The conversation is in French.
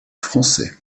français